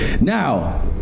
Now